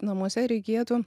namuose reikėtų